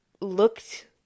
looked